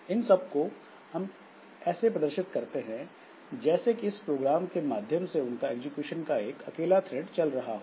इस सब को हम ऐसे प्रदर्शित करते हैं जैसे कि इस प्रोग्राम के माध्यम से उसका एग्जीक्यूशन का एक अकेला थ्रेड चल रहा हो